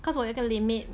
cause 我有一个 limit